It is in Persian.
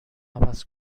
عوض